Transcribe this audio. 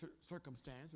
circumstance